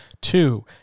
Two